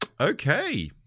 Okay